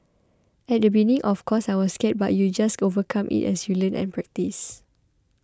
at the beginning of course I was scared but you just overcome it as you learn and practice